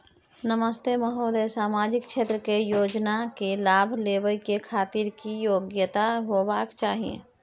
नमस्ते महोदय, सामाजिक क्षेत्र के योजना के लाभ लेबै के खातिर की योग्यता होबाक चाही?